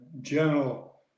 general